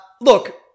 Look